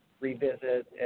revisit